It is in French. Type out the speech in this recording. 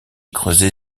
creusé